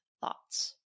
thoughts